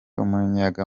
umuyaga